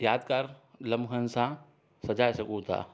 यादगार लम्हनि सां सजाइ सघूं था